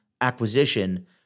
acquisition